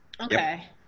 Okay